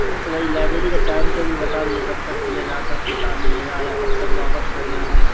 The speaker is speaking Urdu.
ہاں تو وہی لائبریری کا ٹائم ٹیبل بتا دیجیے کب تک کھلے گا کب کتاب ملے گا یا کب تک واپس کرنا ہے